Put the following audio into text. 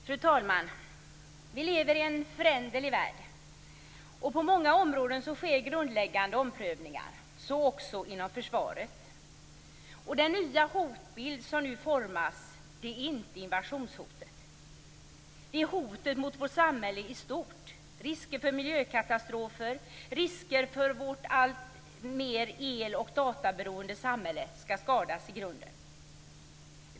Fru talman! Vi lever i en föränderlig värld. På många områden sker grundläggande omprövningar - så också inom försvaret. Den nya hotbild som nu formas bygger inte på invasionshotet utan på hoten mot vårt samhälle i stort, risker för miljökatastrofer och risker för att vårt alltmer el och databeroende samhälle skall skadas i grunden.